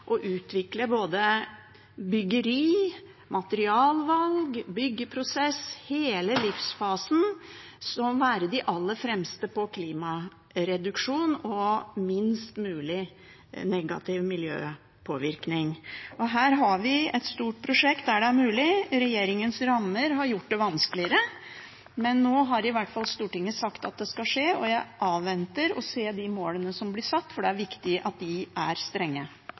og utvikle både bygging, materialvalg, byggeprosess og hele livsfasen, og være de aller fremste når det gjelder klimagassreduksjon og minst mulig negativ miljøpåvirkning. Her har vi et stort prosjekt der det er mulig. Regjeringens rammer har gjort det vanskeligere, men nå har i hvert fall Stortinget sagt at det skal skje, og jeg avventer å se målene som blir satt, det er viktig at de er strenge.